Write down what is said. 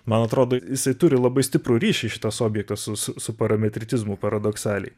man atrodo jisai turi labai stiprų ryšį šitas objektas su su su parametritizmu paradoksaliai